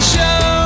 Show